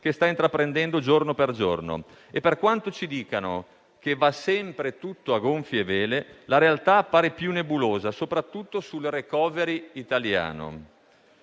che sta intraprendendo giorno per giorno e, per quanto ci dicano che va sempre tutto a gonfie vele, la realtà appare più nebulosa, soprattutto sul *recovery* italiano.